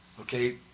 Okay